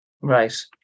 Right